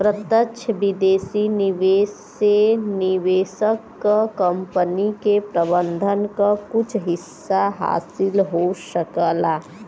प्रत्यक्ष विदेशी निवेश से निवेशक क कंपनी के प्रबंधन क कुछ हिस्सा हासिल हो सकला